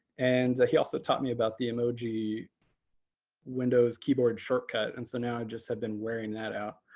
and he also taught me about the emoji windows keyboard shortcut. and so now i just have been wearing that out.